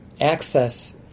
access